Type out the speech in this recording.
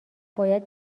باید